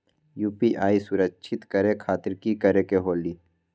UPI सुरक्षित करे खातिर कि करे के होलि?